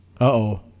Uh-oh